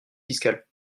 fiscal